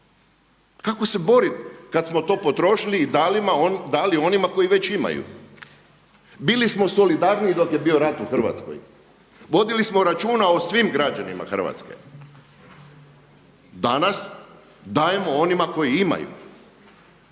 Kako se boriti kad smo to potrošili i dali onima koji već imaju. Bili smo solidarniji dok je bio rat u Hrvatskoj, vodili smo računa o svim građanima Hrvatske. Danas dajemo onima koji imaju.